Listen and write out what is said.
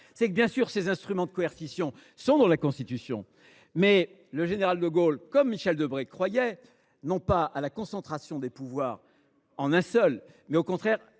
? Certes, ces instruments de coercition sont dans la Constitution. Mais le général de Gaulle comme Michel Debré croyaient non pas à la concentration des pouvoirs dans les mains d’un seul, mais, au contraire,